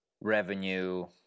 revenue